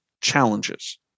challenges